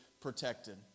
protected